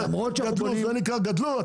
זה נקרא גדלו?